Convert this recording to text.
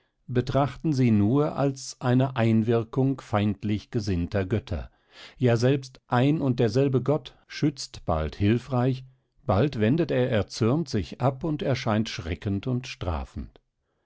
betrachten sie nur als eine einwirkung feindlich gesinnter götter ja selbst ein und derselbe gott schützt bald hilfreich bald wendet er erzürnt sich ab und erscheint schreckend und strafend